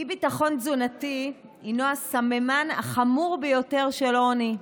אי-ביטחון תזונתי הינו הסממן החמור ביותר של עוני,